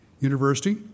University